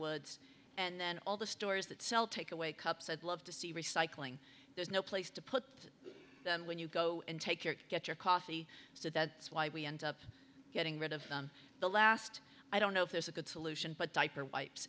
woods and then all the stores that sell take away cups i'd love to see recycling there's no place to put them when you go and take your get your coffee so that's why we end up getting rid of the last i don't know if there's a good solution but diaper wipes